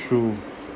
true